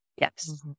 Yes